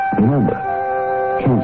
Remember